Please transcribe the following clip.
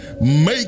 make